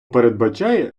передбачає